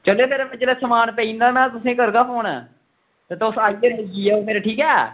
ते चलो फिर जेल्लै समान पेई जंदा ना ते देई ओड़गा तुसेंगी समान ते तुस आइयै लेई जायो फिर ठीक ऐ